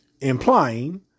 Implying